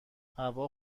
هوا